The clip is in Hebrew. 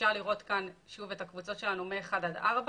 אפשר לראות כאן שוב את הקבוצות שלנו מ-1 עד 4,